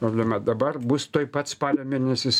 problema dabar bus tuoj pat spalio mėnesis